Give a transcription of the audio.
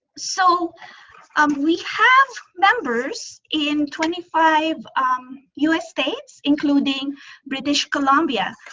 so um we have members in twenty five us states including british columbia.